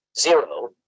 zero